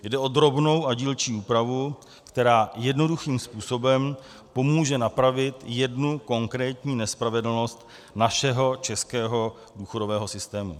Jde o drobnou a dílčí úpravu, která jednoduchým způsobem pomůže napravit jednu konkrétní nespravedlnost našeho českého důchodového systému.